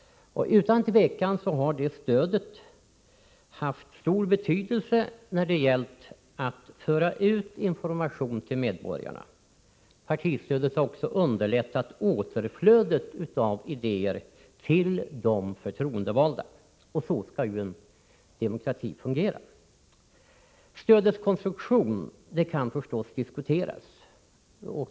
Utan tvivel har det stödet haft stor betydelse när det gällt att föra ut information till medborgarna. Partistödet har också underlättat återflödet av idéer till de förtroendevalda — och så skall ju en demokrati fungera. Frågan om stödets konstruktion kan förstås diskuteras.